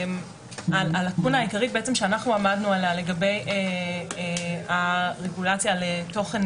הלקונה העיקרית שאנחנו עמדנו עליה לגבי הרגולציה לתוכן